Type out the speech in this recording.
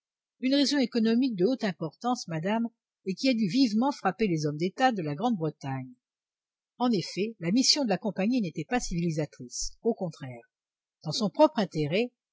une raison économique de haute importance madame et qui a dû vivement frapper les hommes d'état de la grande-bretagne en effet la mission de la compagnie n'était pas civilisatrice au contraire dans son propre intérêt